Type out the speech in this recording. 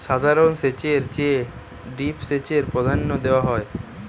সাধারণ সেচের চেয়ে ড্রিপ সেচকে প্রাধান্য দেওয়া হয়